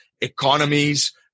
economies